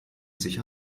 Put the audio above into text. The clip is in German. sicher